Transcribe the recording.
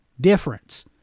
difference